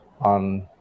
on